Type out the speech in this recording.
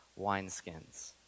wineskins